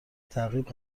تعقیب